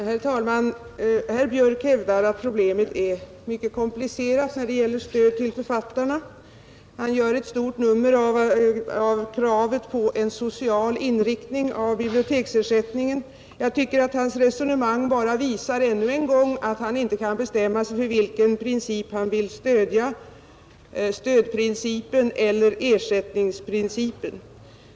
Herr talman! Herr Björk i Göteborg hävdar att problemet är mycket komplicerat när det gäller stödet till författarna. Han gör ett stort nummer av kravet på en social inriktning av biblioteksersättningen. Jag tycker att hans resonemang bara visar ännu en gång att han inte kan bestämma sig för vilken princip han vill stödja, ersättningsprincipen eller stödprincipen.